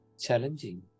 challenging